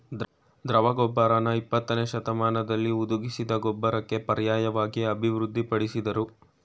ದ್ರವ ಗೊಬ್ಬರನ ಇಪ್ಪತ್ತನೇಶತಮಾನ್ದಲ್ಲಿ ಹುದುಗಿಸಿದ್ ಗೊಬ್ಬರಕ್ಕೆ ಪರ್ಯಾಯ್ವಾಗಿ ಅಭಿವೃದ್ಧಿ ಪಡಿಸುದ್ರು